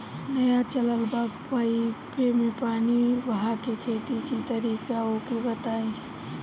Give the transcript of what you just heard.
नया चलल बा पाईपे मै पानी बहाके खेती के तरीका ओके बताई?